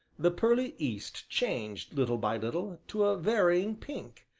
the pearly east changed little by little, to a varying pink,